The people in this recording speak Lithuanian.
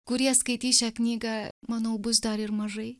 kurie skaitys šią knygą manau bus dar ir mažai